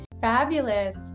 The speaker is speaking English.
fabulous